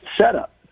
setup